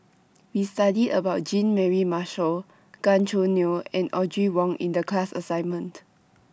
We studied about Jean Mary Marshall Gan Choo Neo and Audrey Wong in The class assignment